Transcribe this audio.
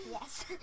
Yes